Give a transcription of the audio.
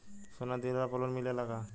सोना दिहला पर लोन मिलेला का?